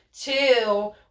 two